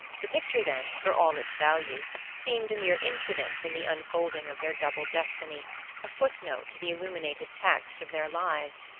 the picture, then, for all its value, seemed a mere incident in the unfolding of their double destiny a foot-note to the illuminated text of their lives.